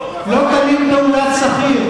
לא תלין פעולת שכיר.